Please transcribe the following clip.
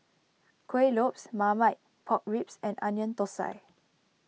Kuih Lopes Marmite Pork Ribs and Onion Thosai